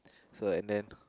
so and then